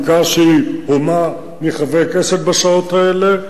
בעיקר שהיא הומה חברי כנסת בשעות האלה,